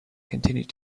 continued